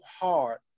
hard